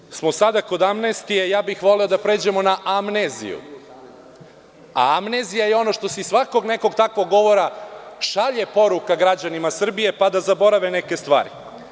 Pošto smo sada kod amnestije, ja bih voleo da pređemo na amneziju, a amnezija je ono što se iz svakog nekog takvog govora šalje poruka građanima Srbije, pa da zaborave neke stvari.